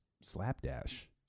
slapdash